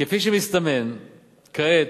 כפי שמסתמן כעת,